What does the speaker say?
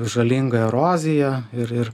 žalinga erozija ir ir